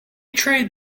trade